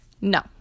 No